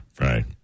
Right